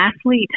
athlete